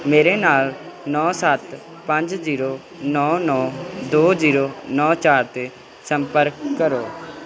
ਮੇਰੇ ਨਾਲ ਨੌਂ ਸੱਤ ਪੰਜ ਜ਼ੀਰੋ ਨੌਂ ਨੌਂ ਦੋ ਜ਼ੀਰੋ ਨੌਂ ਚਾਰ 'ਤੇ ਸੰਪਰਕ ਕਰੋ